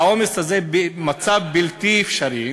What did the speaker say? שהעומס הזה הוא מצב בלתי אפשרי.